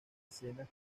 escenas